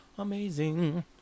Amazing